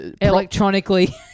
electronically